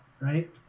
Right